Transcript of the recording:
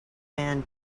man